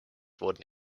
wurden